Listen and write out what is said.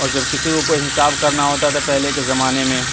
اور جب کسی کو کوئی حساب کرنا ہوتا تھا پہلے کے زمانے میں